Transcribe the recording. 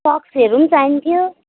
सक्सहरू पनि चाहिन्थ्यो